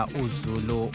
uzulu